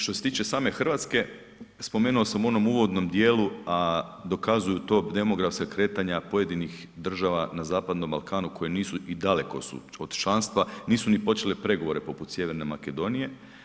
Što se tiče same Hrvatske spomenuo sam u onom uvodnom dijelu, a dokazuju to demografska kretanja pojedinih država na Zapadnom Balkanu i daleko su od članstva nisu ni počele pregovore poput Sjeverne Makedonije.